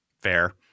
Fair